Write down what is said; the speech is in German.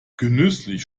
genüsslich